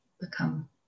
become